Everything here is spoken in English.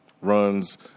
runs